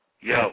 Yo